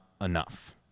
enough